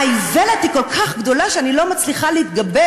האיוולת היא כל כך גדולה, שאני לא מצליחה להתגבש,